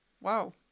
Wow